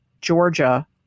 Georgia